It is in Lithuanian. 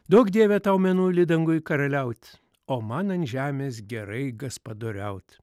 duok dieve tau mėnuli danguj karaliaut o man ant žemės gerai gaspadoriaut